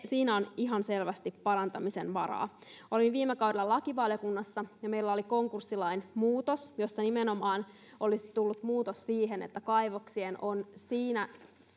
siinä on ihan selvästi parantamisen varaa olin viime kaudella lakivaliokunnassa ja meillä oli konkurssilain muutos nimenomaan olisi tullut muutos siihen että kaivoksien on parannettava vakuuksia siinä